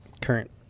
Current